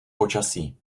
počasí